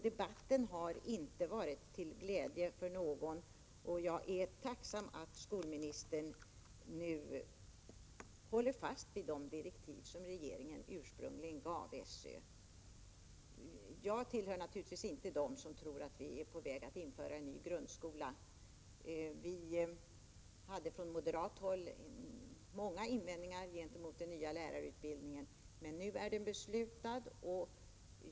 Debatten har inte varit till glädje för någon, och jag är tacksam att skolministern nu håller fast vid de direktiv som regeringen ursprungligen gav SÖ. Jag tillhör naturligtvis inte dem som tror att vi är på väg att införa en ny grundskola. Vi hade från moderat håll många invändningar gentemot den nya lärarutbildningen, men nu är den beslutad.